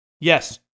Yes